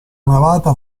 navata